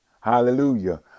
Hallelujah